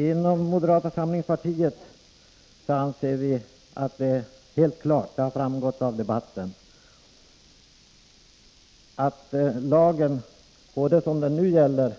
Inom moderata samlingspartiet anser vi att det helt klart framgått av debatten att lagen, både den nu gällande